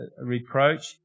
reproach